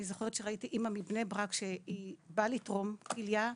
אני זוכרת שראיתי אמא מבני ברק שבאה לתרום כליה,